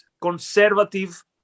conservative